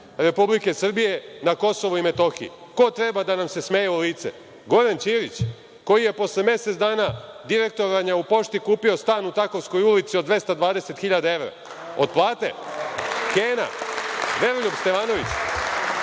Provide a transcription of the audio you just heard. Republike Srbije na KiM. Ko treba da nam se smeje u lice? Goran Ćirić, koji je posle mesec dana direktorovanja u Pošti kupio stan u Takovskoj ulici od 220.000 evra. Od plate? Kena, Veroljub Stevanović. Dakle,